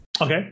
Okay